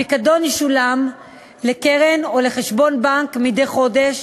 הפיקדון ישולם לקרן או לחשבון בנק מדי חודש